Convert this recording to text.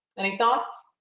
any thoughts?